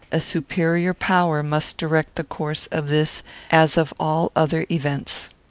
a superior power must direct the course of this as of all other events.